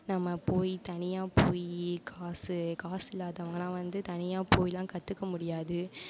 நம்ம போய் தனியாக போய் காசு காசில்லாதவங்கெல்லாம் வந்து தனியாக போய்லாம் கற்றுக்க முடியாது